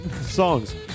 songs